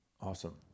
Awesome